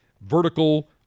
Vertical